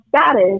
status